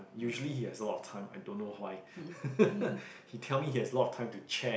usually he has a lot of time I don't know why he tell me he has a lot of time to check